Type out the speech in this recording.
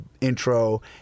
intro